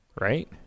right